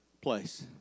place